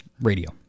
Radio